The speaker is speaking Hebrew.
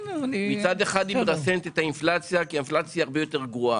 צמד אחד היא מרסנת את האינפלציה כי היא הרבה יותר גרועה.